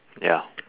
ya